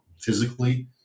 physically